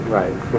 right